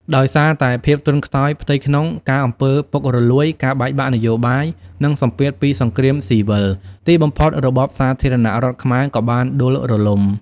ដោយសារតែភាពទន់ខ្សោយផ្ទៃក្នុង ការអំពើពុករលួយ ការបែកបាក់នយោបាយ និងសម្ពាធពីសង្គ្រាមស៊ីវិល ទីបំផុតរបបសាធារណរដ្ឋខ្មែរក៏បានដួលរលំ។